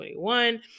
2021